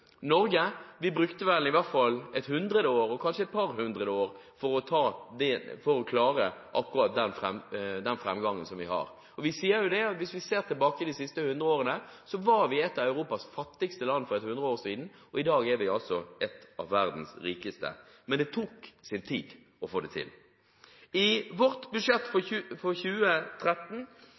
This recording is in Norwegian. brukte vi i hvert fall ett, og kanskje et par, hundre år for å klare den framgangen som vi har hatt. Hvis vi ser tilbake på de siste 100 årene, så var vi et av Europas fattigste land, og i dag er vi altså et av verdens rikeste – men det tok sin tid å få det til. I vårt budsjett for